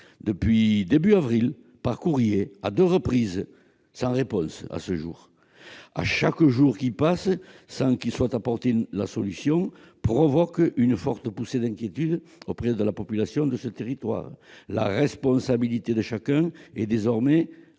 mois d'avril par courrier à deux reprises, sans réponse à ce jour. Chaque jour qui passe sans solution provoque une forte poussée d'inquiétude auprès de la population de ce territoire. La responsabilité de chacun est désormais engagée